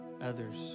others